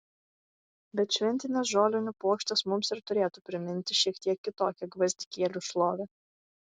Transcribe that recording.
bet šventinės žolinių puokštės mums ir turėtų priminti šiek tiek kitokią gvazdikėlių šlovę